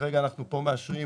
כרגע אנחנו פה מאשרים